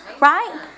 right